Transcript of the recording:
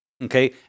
Okay